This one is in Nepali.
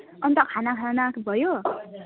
अनि त खाना खान आएको भयो